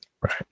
Right